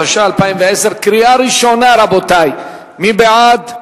התשע"א 2010. מי בעד,